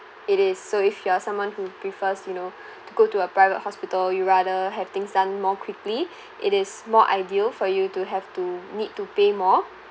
it is so if you are someone who prefers you know to go to a private hospital you rather have things done more quickly it is more ideal for you to have to need to pay more